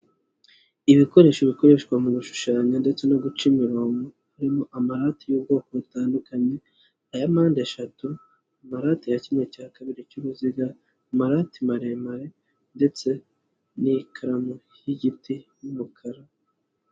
Ibikoresho bikoreshwa mu gushushanya ndetse no guca imirongo harimo amarati y'ubwoko butandukanye, aya mpande eshatu, amarate ya cyimwe cya kabiri cy'uruziga, amarati maremare ndetse n'ikaramu y'igiti y'umukara.